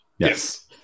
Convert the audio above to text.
Yes